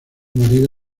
marido